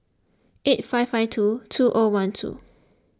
eight five five two two O one two